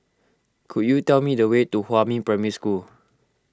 could you tell me the way to Huamin Primary School